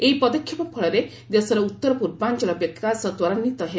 ଏହି ପଦକ୍ଷେପ ଫଳରେ ଦେଶର ଉତ୍ତର ପୂର୍ବାଞ୍ଚଳ ବିକାଶ ତ୍ୱରାନ୍ୱିତ ହେବ